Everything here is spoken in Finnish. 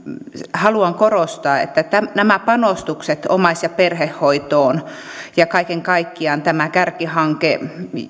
haluan korostaa että että nämä panostukset omais ja perhehoitoon ja kaiken kaikkiaan tämä kärkihanke